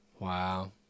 Wow